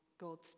God's